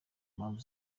mpamvu